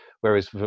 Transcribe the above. whereas